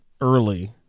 early